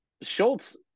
Schultz